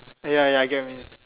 ya ya I get what you mean